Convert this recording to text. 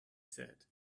said